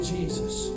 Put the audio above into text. Jesus